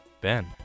Ben